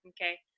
okay